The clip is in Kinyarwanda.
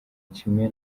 kimwe